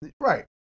right